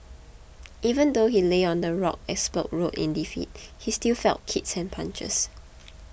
even though he lay on the rough asphalt road in defeat he still felt kicks and punches